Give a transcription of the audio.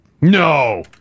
No